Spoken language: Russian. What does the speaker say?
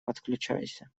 подключайся